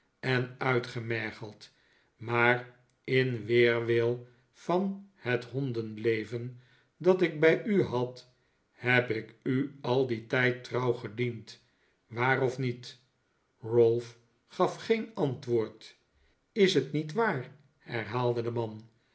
en uitgemergeld maar in weerwil van het hondenleven dat ik bij u had heb ik u al dien tijd trouw gediend waar of niet ralph gaf geen antwoord is het niet waar herhaalde de man